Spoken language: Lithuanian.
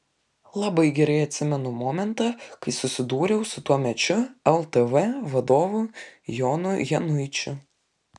labai gerai atsimenu momentą kai susidūriau su tuomečiu ltv vadovu jonu januičiu